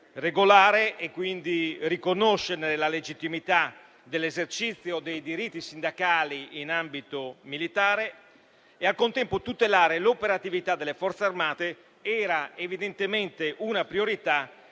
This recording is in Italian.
Regolare e quindi riconoscere la legittimità dell'esercizio dei diritti sindacali in ambito militare e, al contempo, tutelare l'operatività delle Forze armate era evidentemente una priorità